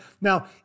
Now